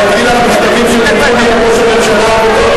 אני אקריא לך מכתבים שכתבו לי על ראש הממשלה הקודם,